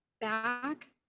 back